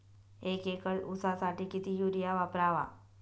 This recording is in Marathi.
एक एकर ऊसासाठी किती युरिया वापरावा?